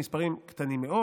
המספרים קטנים מאוד.